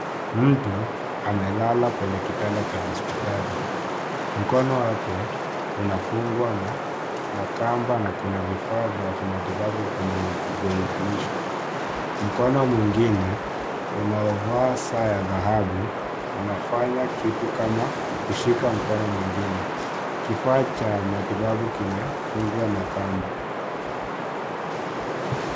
Mtu amelala kwenye kitanda cha hospitali. Mkono wake unafungwa na makamba na kuna vifaa vya kimatibabu vinavyounganishwa. Mkono mwengine unaovaa saa ya dhahabu unafanya kitu kama kushika mkono mwingine. Kifaa cha matibabu kimefungwa na kamba.